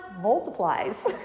multiplies